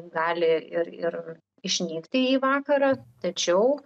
gali ir ir išnykti į vakarą tačiau